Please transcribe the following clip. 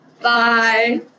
Bye